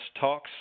Talks